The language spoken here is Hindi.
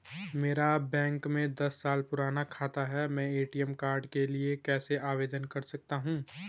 मेरा बैंक में दस साल पुराना खाता है मैं ए.टी.एम कार्ड के लिए कैसे आवेदन कर सकता हूँ?